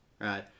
right